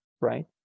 right